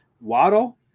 Waddle